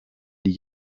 die